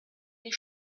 les